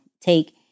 take